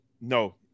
No